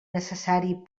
necessari